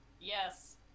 yes